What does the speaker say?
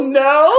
no